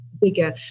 bigger